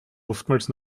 oftmals